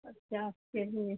पचास के जी